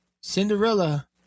Cinderella